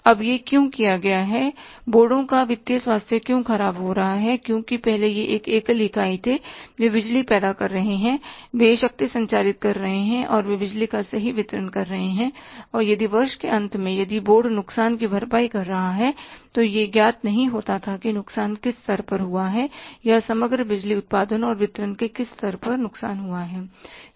अब यह क्यों किया गया है बोर्डों का वित्तीय स्वास्थ्य क्यों खराब हो रहा है क्योंकि पहले यह एक एकल इकाई थी वे बिजली पैदा कर रहे हैं वे शक्ति संचारित कर रहे हैं और वे बिजली का सही वितरण कर रहे हैं और यदि वर्ष के अंत में यदि बोर्ड नुकसान की भरपाई कर रहा है तो यह ज्ञात नहीं होता था कि नुकसान किस स्तर पर हुआ है या समग्र बिजली उत्पादन और वितरण के किस स्तर पर नुकसान हुआ है